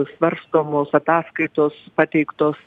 svarstomos ataskaitos pateiktos